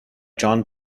john